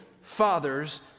fathers